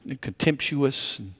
contemptuous